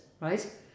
right